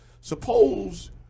Suppose